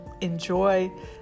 Enjoy